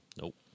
Nope